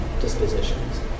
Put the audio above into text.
dispositions